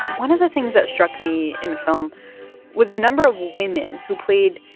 one of the things that struck me in the film was the number of women who played,